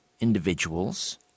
individuals